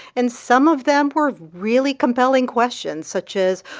and some of them were really compelling questions, such as,